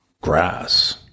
grass